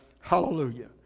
Hallelujah